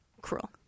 cruel